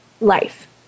life